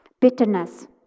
Bitterness